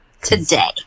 today